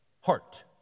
heart